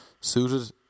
Suited